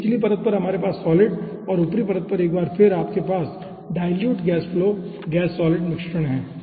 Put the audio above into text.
तो निचली परत पर हमारे पास सॉलिड और ऊपरी परत एक बार फिर से आपके पास dilute gas flow gas solid मिश्रण है